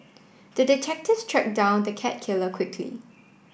the detective track down the cat killer quickly